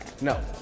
No